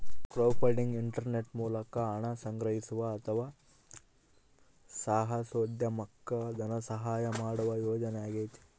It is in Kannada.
ಕ್ರೌಡ್ಫಂಡಿಂಗ್ ಇಂಟರ್ನೆಟ್ ಮೂಲಕ ಹಣ ಸಂಗ್ರಹಿಸುವ ಅಥವಾ ಸಾಹಸೋದ್ಯಮುಕ್ಕ ಧನಸಹಾಯ ಮಾಡುವ ಯೋಜನೆಯಾಗೈತಿ